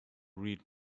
read